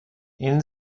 این